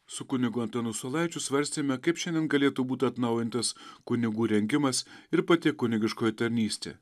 su kunigu antanu saulaičiu svarstėme kaip šiandien galėtų būti atnaujintas kunigų rengimas ir pati kunigiškoji tarnystė